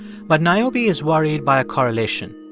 but niobe is worried by a correlation.